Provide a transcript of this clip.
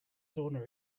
sauna